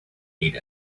ate